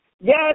yes